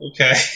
Okay